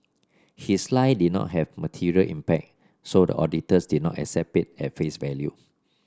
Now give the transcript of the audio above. his lie did not have material impact so the auditors did not accept it at face value